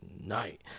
night